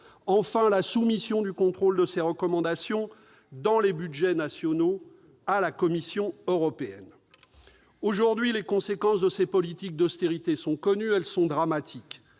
la soumission du contrôle de ces recommandations dans les budgets nationaux à la Commission européenne. Aujourd'hui, les conséquences de ces politiques d'austérité sont connues ; elles sont dramatiques.